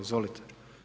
Izvolite.